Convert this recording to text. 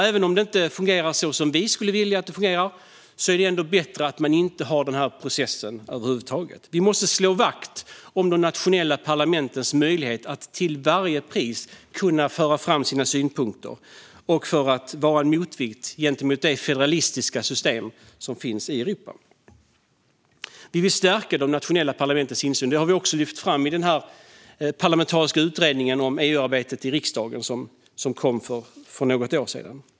Även om det inte fungerar så som vi skulle vilja är det nämligen bättre än att man inte har den här processen över huvud taget. Vi måste slå vakt om de nationella parlamentens möjlighet att till varje pris föra fram sina synpunkter och vara en motvikt mot det federalistiska system som finns i Europa. Vi vill stärka de nationella parlamentens insyn, vilket vi också har lyft fram i den parlamentariska utredning om EU-arbetet i riksdagen som kom för något år sedan.